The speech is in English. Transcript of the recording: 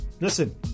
Listen